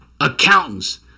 accountants